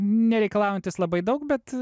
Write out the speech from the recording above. nereikalaujantis labai daug bet